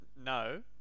No